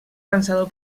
pensador